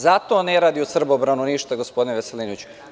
Zato ne radi u Srbobranu ništa, gospodine Veselinoviću.